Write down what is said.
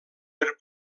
per